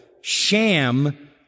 sham